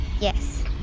Yes